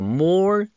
more